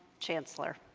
chancellor.